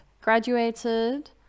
graduated